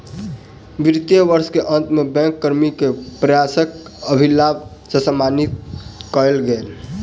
वित्तीय वर्ष के अंत में बैंक कर्मी के प्रयासक अधिलाभ सॅ सम्मानित कएल गेल